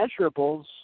measurables